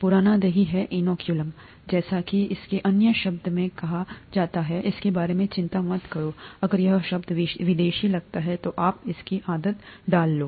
पुराना दही है इनोकुलम जैसा कि इसे अन्य शब्द में कहा जाता हैइसके बारे में चिंता मत करो अगर यह शब्द विदेशी लगता है तो आप इस्की आद्त डाल लो